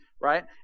Right